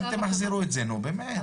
אל תמחזרו את זה, נו באמת.